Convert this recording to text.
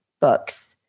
books